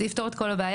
זה יפתור את כל הבעיה.